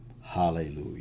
Hallelujah